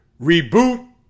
reboot